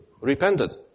repented